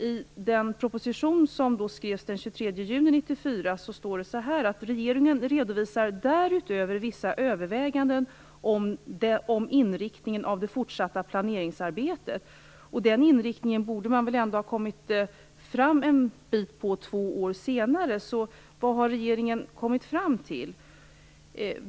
I den proposition som skrevs den 23 juni 1994 står det: "Regeringen redovisar därutöver vissa överväganden om inriktningen av det fortsatta planeringsarbete -." Den inriktningen borde man väl ändå ha kommit fram en bit på två år senare. Vad har regeringen alltså kommit fram till?